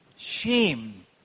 Shame